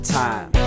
time